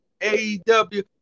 AEW